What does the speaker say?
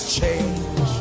change